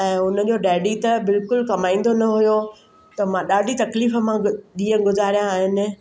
ऐं उन जो डैडी त बिल्कुलु कमाईंदो न हुयो त मां ॾाढी तकलीफ़ मां ॾींहुं गुज़ारिया आहिनि